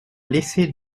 laissés